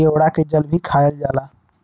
केवड़ा के जल भी खायल जाला